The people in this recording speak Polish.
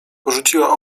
porzuciła